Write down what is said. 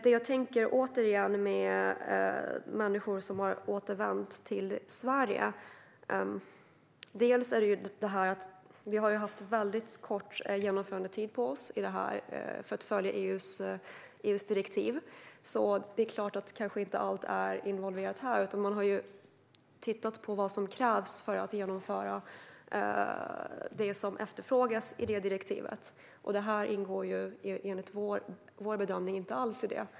Det jag tänker när det gäller människor som har återvänt till Sverige är att vi har haft väldigt kort genomförandetid på oss i det här för att följa EU:s direktiv, så det är klart att allt kanske inte är involverat här. Man har tittat på vad som krävs för att genomföra det som efterfrågas i direktivet. Det här ingår enligt vår bedömning inte alls i det.